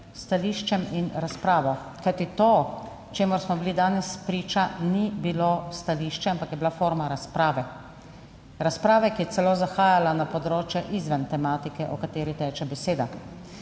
stališčem in razpravo. Kajti to, čemur smo bili danes priča, ni bilo stališče, ampak je bila forma razprave. Razprave, ki je celo zahajala na področje, izven tematike, o kateri teče beseda.